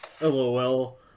LOL